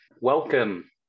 welcome